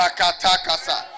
katakasa